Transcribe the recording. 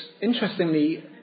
interestingly